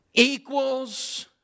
Equals